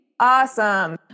Awesome